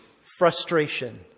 frustration